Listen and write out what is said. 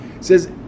Says